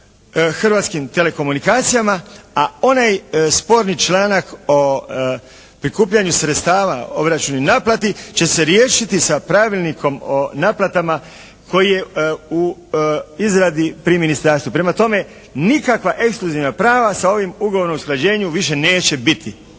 Hrvatskim telekomunikacijama, a onaj sporni članak o prikupljanja sredstava, obračunu i naplati će se riješiti sa Pravilnikom o naplatama koji je u izradi pri ministarstvu. Prema tome, nikakva ekskluzivna prava sa ovim ugovorom o usklađenju više neće biti.